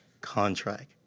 contract